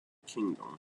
kingdom